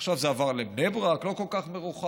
עכשיו זה עבר לבני ברק לא כל כך מרוחק.